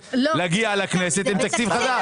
חייבת להגיע לכנסת עם תקציב חדש.